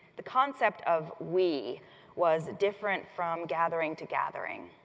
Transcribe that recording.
the concept of we was different from gathering to gathering.